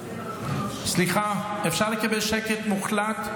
אפשר לקבל שקט מוחלט?